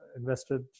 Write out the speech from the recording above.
invested